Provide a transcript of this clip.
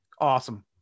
Awesome